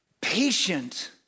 Patient